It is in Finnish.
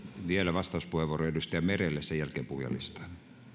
vielä vastauspuheenvuoro edustaja merelle sen jälkeen puhujalistaan kiitos